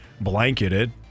blanketed